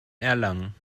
erlangen